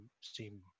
seem